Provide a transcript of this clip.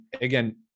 again